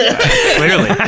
clearly